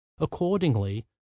Accordingly